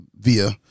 via